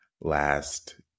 last